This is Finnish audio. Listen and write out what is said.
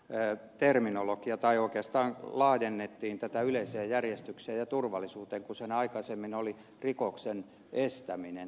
eräät terminologia tätä oikeastaan laajennettiin yleiseen järjestykseen ja turvallisuuteen kun siinä aikaisemmin oli rikoksen estäminen